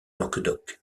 languedoc